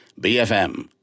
BFM